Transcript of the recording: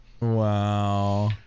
Wow